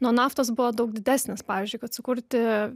nuo naftos buvo daug didesnis pavyzdžiui kad sukurti